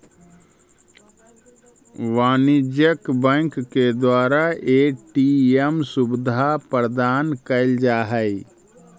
वाणिज्यिक बैंक के द्वारा ए.टी.एम सुविधा प्रदान कैल जा हइ